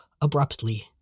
abruptly